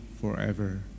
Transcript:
forever